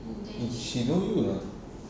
she know you ah